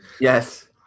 Yes